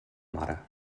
mare